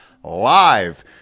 live